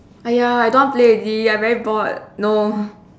!aiya! I don't want play already I very bored no